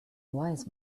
wise